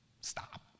stop